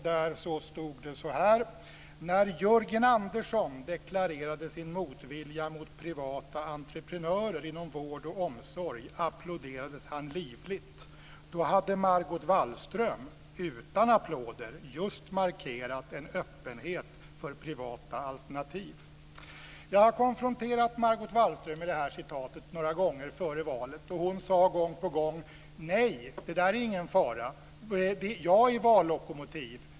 Där stod: "När Jörgen Andersson deklarerade sin motvilja mot privata entreprenörer inom vård och omsorg applåderades han livligt. Då hade Margot Wallström just markerat en öppenhet för privata alternativ." Jag konfronterade Margot Wallström med detta citat några gånger före valet, och hon sade gång på gång: Nej, det där är ingen fara. Jag är vallokomotiv.